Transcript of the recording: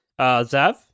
Zav